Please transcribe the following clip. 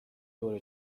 دور